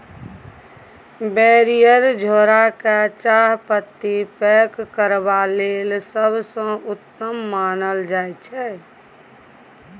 barrier झोरा केँ चाहपत्ती पैक करबा लेल सबसँ उत्तम मानल जाइ छै